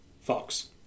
Fox